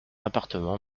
appartement